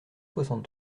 soixante